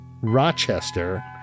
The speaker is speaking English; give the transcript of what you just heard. Rochester